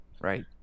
Right